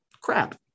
crap